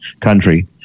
country